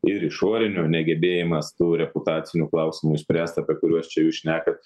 ir išorinių negebėjimas tų reputacinių klausimų išspręsti apie kuriuos čia jūs šnekat